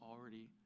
already